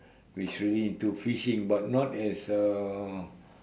which really into fishing but not as uh